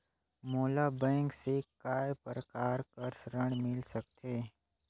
मोला बैंक से काय प्रकार कर ऋण मिल सकथे?